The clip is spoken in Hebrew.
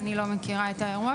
אני לא מכירה את האירוע.